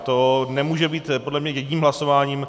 To nemůže být podle mě jedním hlasováním.